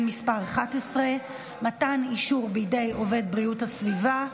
מס' 11) (מתן אישור בידי עובד בריאות הסביבה),